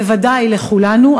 בוודאי לכולנו,